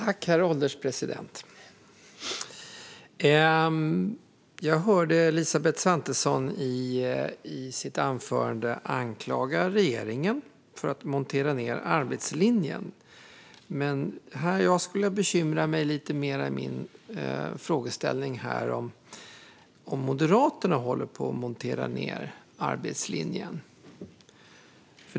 Herr ålderspresident! Jag hörde Elisabeth Svantesson i sitt anförande anklaga regeringen för att montera ned arbetslinjen. Men jag skulle vilja fråga om Moderaterna håller på att montera ned arbetslinjen.